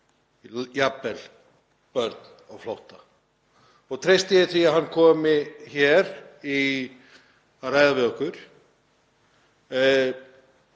jafnvel börn á flótta. Ég treysti því að hann komi hér að ræða við okkur.